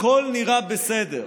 הכול נראה בסדר,